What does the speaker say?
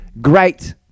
great